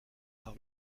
par